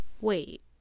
Wait